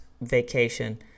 vacation